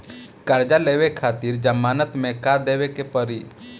कर्जा लेवे खातिर जमानत मे का देवे के पड़ी?